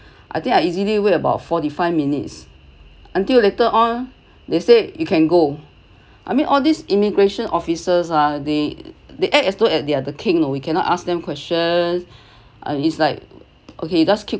I think I easily wait about forty five minutes until later on they said you can go I mean all these immigration officers ah they they act as thought as they are the king uh we cannot ask them questions uh it's like okay you just keep